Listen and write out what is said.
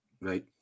Right